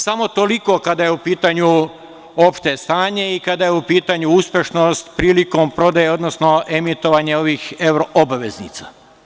Samo toliko, kada je u pitanju opšte stanje i kada je u pitanju uspešnost prilikom prodaje, odnosno emitovanja ovih euroobveznica.